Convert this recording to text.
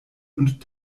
und